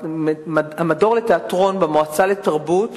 כשהעניין נודע, המדור לתיאטרון במועצה לתרבות